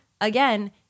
again